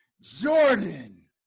Jordan